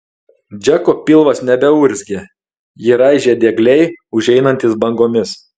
džeko pilvas nebeurzgė jį raižė diegliai užeinantys bangomis